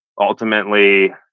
ultimately